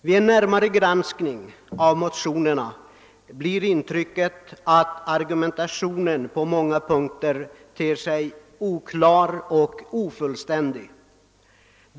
Vid en närmare granskning av motionerna blir intrycket att argumentationen på många punkter är oklar och ofullständig.